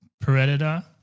Predator